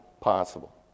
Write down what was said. possible